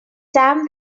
sam